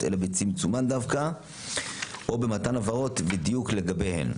אלא בצמצומן דווקא או במתן הבהרות ודיוק לגביהן.